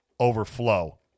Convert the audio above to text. overflow